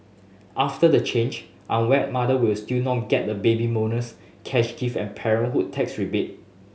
after the change unwed mother will still not get the Baby Bonus cash gift and parenthood tax rebate